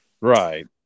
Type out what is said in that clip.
Right